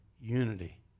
unity